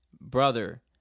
Brother